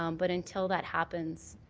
um but until that happens,